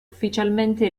ufficialmente